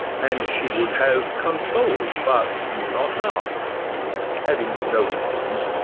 and she would have consoled, but knew not how having no equals,